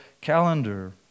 calendar